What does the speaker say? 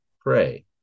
pray